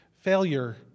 failure